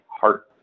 heart